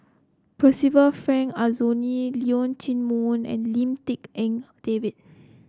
Percival Frank Aroozoo Leong Chee Mun and Lim Tik En David